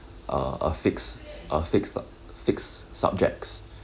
uh a fixed a fixed sub~ fixed subjects